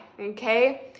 okay